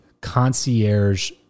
concierge